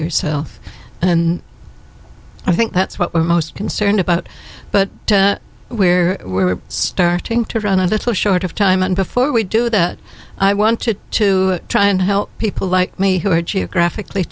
yourself and i think that's what we're most concerned about but where we're starting to run a little short of time and before we do that i wanted to try and help people like me who are geographically